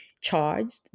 charged